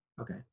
Okay